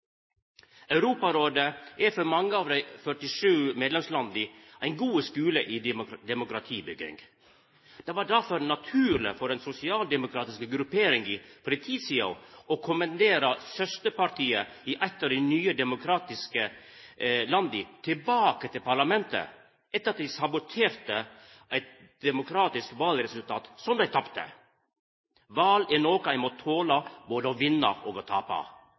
Europarådet er for mange av dei 47 medlemslanda ein god skule i demokratibygging. Det var difor naturleg for den sosialdemokratiske grupperinga for ei tid sidan å kommandera søsterpartiet i eit av dei nye demokratiske landa tilbake til parlamentet etter at dei saboterte det demokratiske valresultatet, eit val som dei tapte. Val er noko ein må tola både å vinna og tapa.